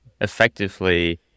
effectively